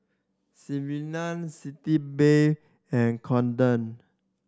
Sigvaris Sitz Bath and Kordel